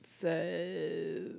says